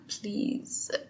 please